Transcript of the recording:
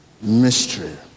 Mystery